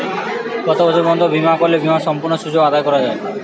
কত বছর পর্যন্ত বিমা করলে বিমার সম্পূর্ণ সুযোগ আদায় করা য়ায়?